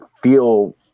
feel